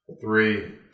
Three